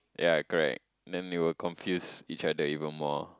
ya correct then they will confuse each other even more